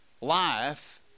life